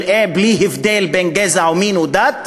בלי הבדל גזע ומין ודת,